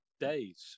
days